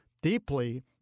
deeply